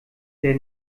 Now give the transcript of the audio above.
der